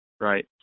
right